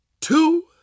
two